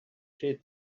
she